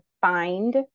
find